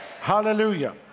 Hallelujah